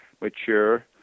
mature